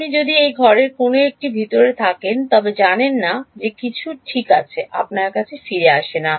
আপনি যদি এই ঘরের কোনও একটির ভিতরে থাকেন তবে জানেন না যে কিছু ঠিক আপনার কাছে ফিরে আসে না